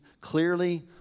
clearly